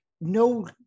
no